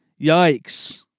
Yikes